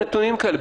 חייבי בידוד.